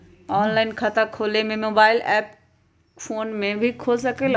Online खाता खोले के मोबाइल ऐप फोन में भी खोल सकलहु ह?